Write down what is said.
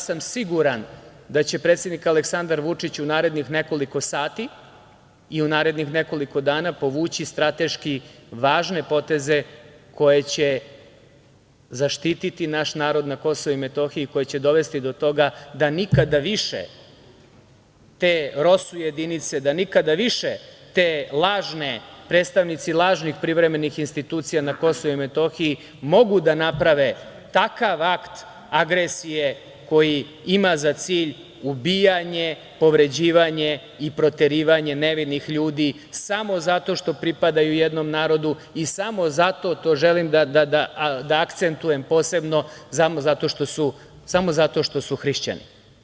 Siguran sam da će predsednik Aleksandar Vučić u narednih nekoliko sati i u narednih nekoliko dana povući strateški važne poteze koje će zaštititi naš narod na KiM, koji će dovesti do toga da nikada više te ROSU jedinice, da nikada više te lažne, predstavnici lažnih privremenih institucija na KiM mogu da naprave takav akt agresije koji ima za cilj ubijanje, povređivanje i proterivanje nevinih ljudi samo zato što pripadaju jednom narodu i samo zato, to želim da akcentujem posebno, samo zato što su hrišćani.